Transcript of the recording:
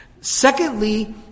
Secondly